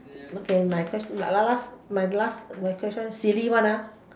okay my question my la~ last my last my question silly one